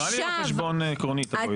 חשבון פרסונלי או חשבון עקרוני תבואי?